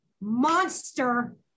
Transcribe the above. monster